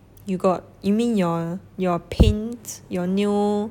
you got you mean your paint your nail